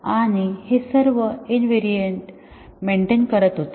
आणि हे सर्व इन्व्हेरिएन्ट मेन्टेन करत होते